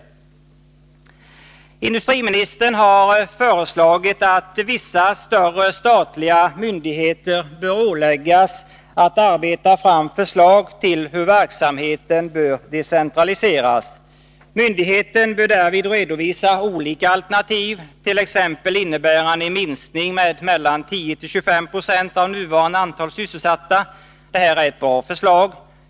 Industriministern har föreslagit att vissa större statliga myndigheter skall åläggas att arbeta fram förslag till hur verksamheten skall decentraliseras. Myndigheten bör därvid redovisa olika alternativ, t.ex. innebärande en minskning med mellan 10 och 20 26 av nuvarande antal sysselsatta. Detta är ett bra förslag.